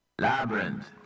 Labyrinth